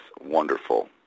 wonderful